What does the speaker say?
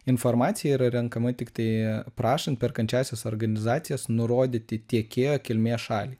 informacija yra renkama tiktai prašant perkančiąsias organizacijas nurodyti tiekėjo kilmės šalį